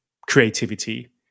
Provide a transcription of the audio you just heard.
creativity